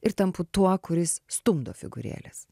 ir tampu tuo kuris stumdo figūrėles